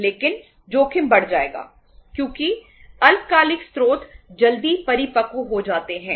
लेकिन जोखिम बढ़ जाएगा क्योंकि अल्पकालिक स्रोत जल्दी परिपक्व हो जाते हैं